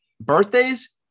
birthdays